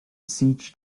siege